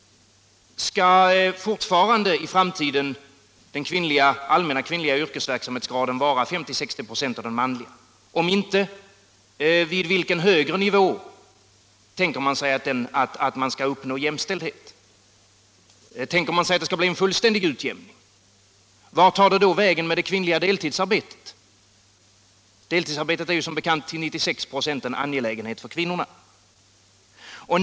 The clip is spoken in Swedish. Skall fortfarande i framtiden den allmänna kvinnliga yrkesverksamhetsgraden vara 50-60 96 av den manliga? Om inte, vid vilken högre nivå tänker man sig att man skall uppnå jämställdhet? Tänker man sig att det skall bli en fullständig utjämning? Vart tar då det kvinnliga deltidsarbetet vägen? Deltidsarbetet är som bekant till 96 96 en angelägenhet för kvinnorna.